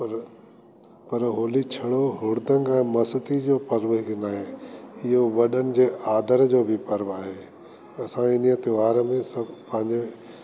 पर पर होली छड़ो हुड़दंग ऐं मस्ती जो पर्व ई न आहे इहो वॾनि जे आदर जो बि पर्व आहे असां इन्हीअ त्योहार में सभु पंहिंजे